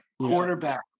quarterback